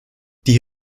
die